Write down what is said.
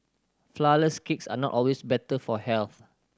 flourless cakes are not always better for health